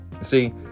See